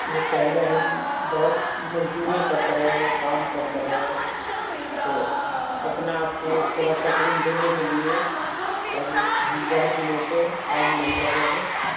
یہ پہلے ہم بہت مزدوری کرتے رہے کام کرتے رہے تو اپنے آپ کو تھوڑا سکون دینے کے لیے اب ہم بہت دنوں سے کام نہیں کر رہے ہیں